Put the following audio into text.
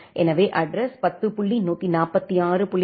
எனவே அட்ட்ரஸ் 10